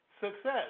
Success